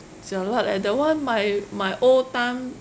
jialat eh that one my my old time